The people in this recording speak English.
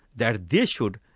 that they should,